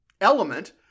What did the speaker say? element